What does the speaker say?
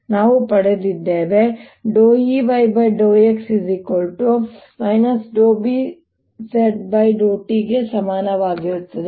ನಾವು ಪಡೆದಿದ್ದೇವೆ Ey∂x Bz∂t ಗೆ ಸಮಾನವಾಗಿರುತ್ತದೆ